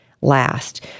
last